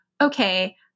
okay